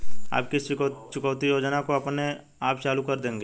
आप किस चुकौती योजना को अपने आप चालू कर देंगे?